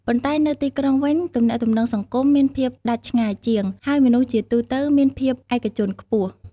ប៉ុន្តែនៅទីក្រុងវិញ ទំនាក់ទំនងសង្គម មានភាពដាច់ឆ្ងាយជាង ហើយមនុស្សជាទូទៅមានភាពឯកជនខ្ពស់។